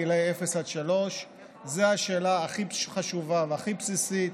גילאי 0 3. זאת השאלה הכי חשובה והכי בסיסית.